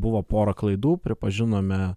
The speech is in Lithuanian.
buvo pora klaidų pripažinome